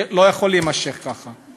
זה לא יכול להימשך ככה.